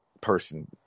person